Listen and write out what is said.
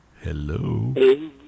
Hello